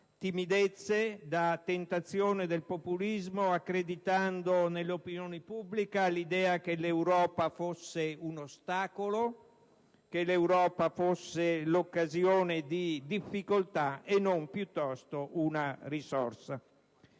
timidezze e dalla tentazione del populismo, accreditando nell'opinione pubblica l'idea che l'Europa fosse un ostacolo e un'occasione di difficoltà e non piuttosto una risorsa.